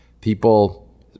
People